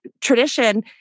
tradition